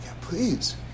please